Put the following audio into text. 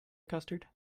custard